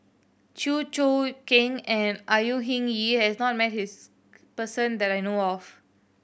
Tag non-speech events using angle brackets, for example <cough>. Chew Choo Keng and Au Hing Yee has <unintelligible> his person that I know of